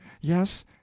yes